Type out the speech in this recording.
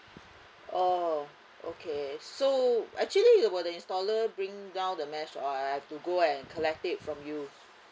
orh okay so actually will the installer bring down the mesh or I have to go and collect it from you